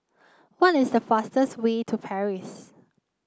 what is the fastest way to Paris